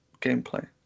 gameplay